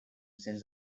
since